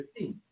15